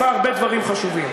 הוא עשה הרבה דברים חשובים,